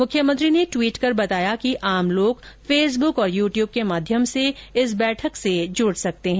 मुख्यमंत्री ने ट्वीट कर बताया कि आम लोग फेसबुक और यू ट्यूब के माध्यम से इस बैठक से जुड़ सकते हैं